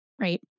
Right